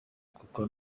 kuko